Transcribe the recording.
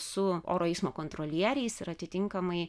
su oro eismo kontrolieriais ir atitinkamai